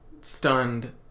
stunned